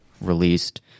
released